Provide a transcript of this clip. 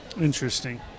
interesting